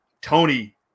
Tony